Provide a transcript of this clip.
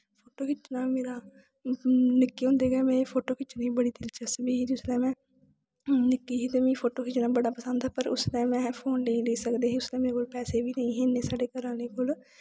photo खिच्चना मेरा निक्के होंदे गै मिगी बड़ी दिलचपसी ही जिसलै मैं निक्की ही ते मिगी फोटो खिच्चना बड़ा पसंद हा ते पर अस टैम में फोन लेई नेईं सकदी ही उसलै मेरे कोल मेरे घर आह्लें कोल